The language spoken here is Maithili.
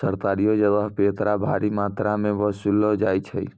सरकारियो जगहो पे एकरा भारी मात्रामे वसूललो जाय छै